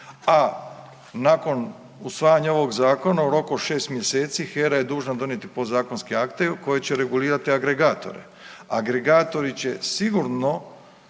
A nakon usvajanja ovog zakona u roku od 6 mjeseci HERA je dužna donijeti podzakonske akte koje će regulirati agregatore. Agregatori će sigurno